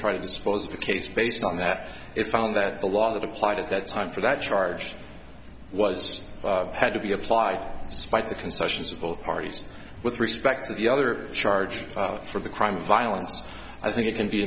try to dispose of a case based on that it's found that the law that applied at that time for that charge was had to be applied to spite the concessions of all parties with respect to the other charge for the crime of violence i think it can be